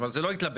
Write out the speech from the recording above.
אבל זה לא התלבן.